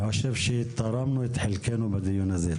אני חושב שתרמנו את חלקנו בדיון הזה.